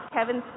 Kevin